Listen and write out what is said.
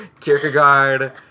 Kierkegaard